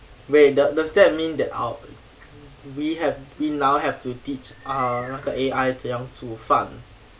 wait does does that mean that our we have we now have to teach ah 那个 A_I 怎样煮饭